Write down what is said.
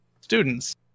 students